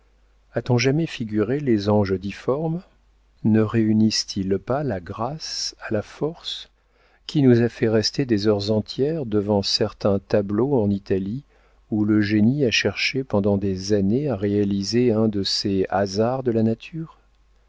a-t-on jamais figuré les anges difformes ne réunissent ils pas la grâce à la force qui nous a fait rester des heures entières devant certains tableaux en italie où le génie a cherché pendant des années à réaliser un de ces hasards de la nature